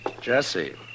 Jesse